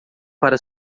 para